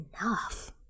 enough